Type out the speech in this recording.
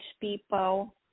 people